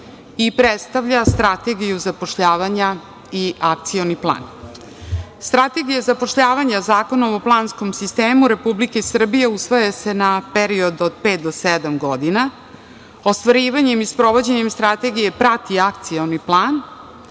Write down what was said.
i predstavlja Strategiju zapošljavanja i Akcioni plan. Strategija zapošljavanja Zakonom o planskom sistemu Republike Srbije usvaja se na period od pet do sedam godina. Ostvarivanjem i sprovođenjem Strategije prati Akcioni plan,